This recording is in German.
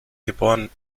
geb